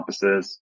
compasses